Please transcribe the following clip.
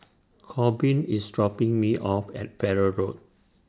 Corbin IS dropping Me off At Farrer Road